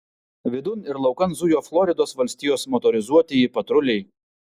vidun ir laukan zujo floridos valstijos motorizuotieji patruliai